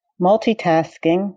multitasking